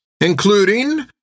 including